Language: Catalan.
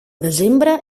desembre